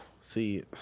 See